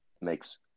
makes